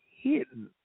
hidden